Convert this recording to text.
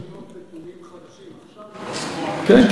יש היום נתונים חדשים, עכשיו התפרסמו על-ידי